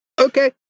Okay